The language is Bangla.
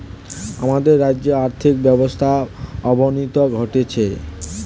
আমাদের রাজ্যের আর্থিক ব্যবস্থার অবনতি ঘটছে